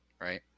Right